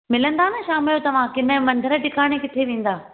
मिलंदा न शाम जो तव्हां की न मंदरु टिकाणे किथे वेंदा